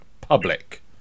public